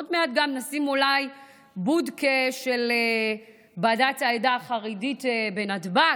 עוד מעט גם נשים אולי בודקה של בד"ץ העדה החרדית בנתב"ג,